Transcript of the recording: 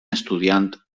estudiant